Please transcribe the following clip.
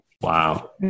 Wow